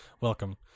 welcome